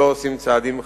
לא עושים דברים חד-צדדיים.